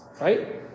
Right